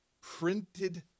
printed